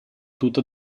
tuta